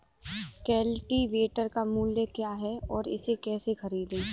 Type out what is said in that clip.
Cultivator का मूल्य क्या है और इसे कैसे खरीदें?